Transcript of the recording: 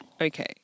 Okay